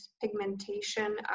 pigmentation